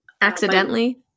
Accidentally